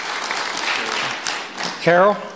Carol